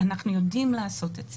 אנחנו יודעים לעשות את זה.